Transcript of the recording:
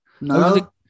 No